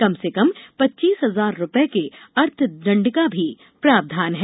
कम से कम पच्चीस हजार रुपये के अर्थदंड का प्रावधान भी है